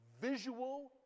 visual